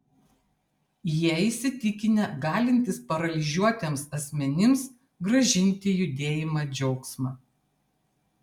jie įsitikinę galintys paralyžiuotiems asmenims grąžinti judėjimą džiaugsmą